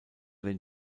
den